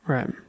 Right